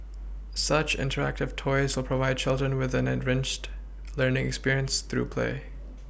such interactive toys will provide children with an enriched learning experience through play